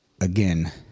Again